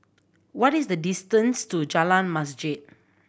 what is the distance to Jalan Masjid